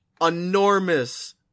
enormous